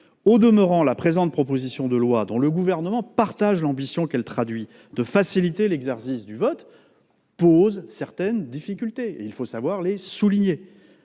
Au demeurant, la présente proposition de loi, dont le Gouvernement partage l'ambition- faciliter l'exercice du vote -, pose certaines difficultés qu'il faut savoir souligner.